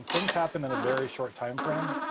things happened in a very short time frame.